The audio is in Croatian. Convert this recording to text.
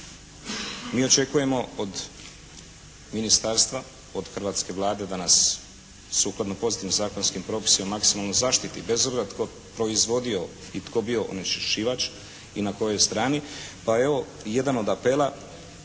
mi očekujemo od ministarstva, od hrvatske Vlade da nas sukladno pozitivnim zakonskim propisima maksimalno zaštiti bez obzira tko proizvodio i tko bio onečiščivać i na kojoj strani, pa evo jedan od apela